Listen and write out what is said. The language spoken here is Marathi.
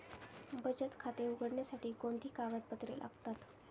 बचत खाते उघडण्यासाठी कोणती कागदपत्रे लागतात?